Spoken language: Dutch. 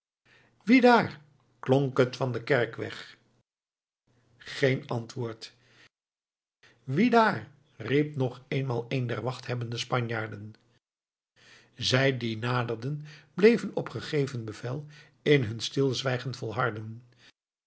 wie daar klonk het van den kerkweg geen antwoord wie daar riep nog eenmaal een der wachthebbende spanjaarden zij die naderden bleven op gegeven bevel in hun stilzwijgen volharden